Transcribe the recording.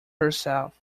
herself